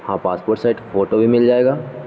ہاں passport size photo بھی مل جائے گا